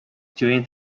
during